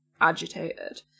agitated